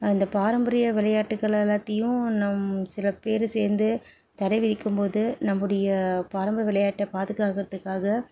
அந்த பாரம்பரிய விளையாட்டுக்கள் எல்லாத்தையும் நம் சில பேர் சேர்ந்து தடைவிதிக்கும்போது நம்முடைய பாரம்பரிய விளையாட்டை பாதுகாக்கிறதுக்காக